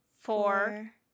four